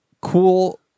cool